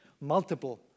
multiple